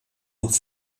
noch